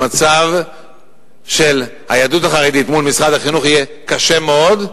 המצב של היהדות החרדית מול משרד החינוך יהיה קשה מאוד,